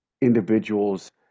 individuals